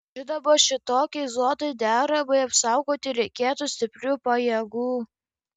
žinoma šitokiai zonai deramai apsaugoti reikėtų stiprių pajėgų